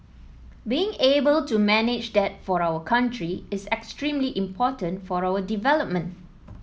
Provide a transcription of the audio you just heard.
being able to manage that for our country is extremely important for our development